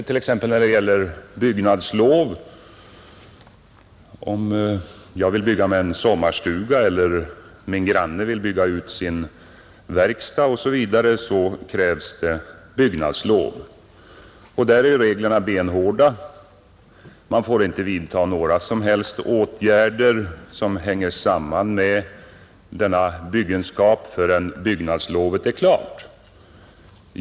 Om jag vill bygga en sommarstuga eller min granne vill bygga ut sin verkstad vet vi att det krävs byggnadslov. Där är reglerna benhårda — man får inte vidta några som helst åtgärder som hänger samman med denna byggenskap förrän byggnadslovet är klart.